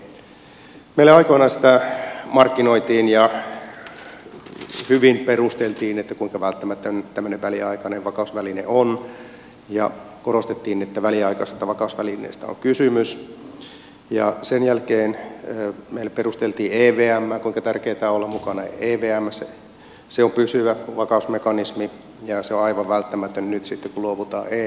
meille aikoinaan sitä markkinoitiin ja hyvin perusteltiin kuinka välttämätön tällainen väliaikainen vakausväline on ja korostettiin että väliaikaisesta vakausvälineestä on kysymys ja sen jälkeen meille perusteltiin kuinka tärkeätä on olla evmssä se on pysyvä vakausmekanismi ja aivan välttämätön nyt sitten kun luovutaan ervvstä